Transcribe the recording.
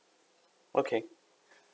okay